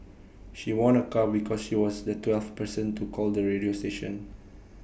she won A car because she was the twelfth person to call the radio station